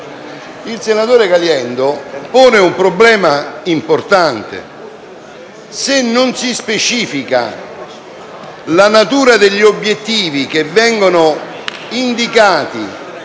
Il senatore Caliendo pone un problema importante: se non si specifica la natura degli obiettivi che vengono indicati